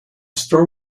store